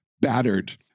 battered